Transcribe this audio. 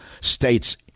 states